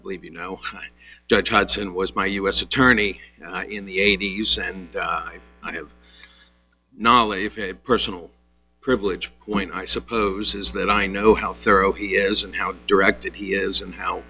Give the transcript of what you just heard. believe you know judge hudson was my u s attorney in the eighty's and i have knowledge if a personal privilege point i suppose is that i know how thorough he is and how directed he is and how